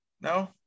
No